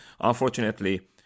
Unfortunately